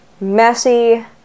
messy